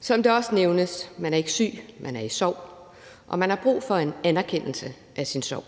Som det også nævnes, er man ikke syg, man er i sorg, og man har brug for en anerkendelse af sin sorg.